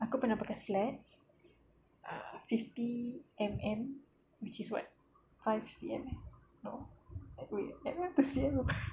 aku pernah pakai flats uh fifty M_M which is what five C_M no wait M_M to C_M